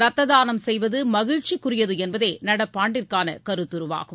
ரத்ததானம் செய்வதுமகிழ்ச்சிக்குரியதுஎன்பதேநடப்பாண்டுக்கானகருத்துருவாகும்